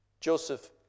Joseph